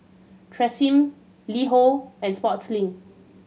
Tresemme LiHo and Sportslink